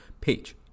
page